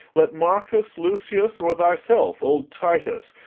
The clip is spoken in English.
let marcus, lucius, or thyself, old titus,